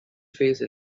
phase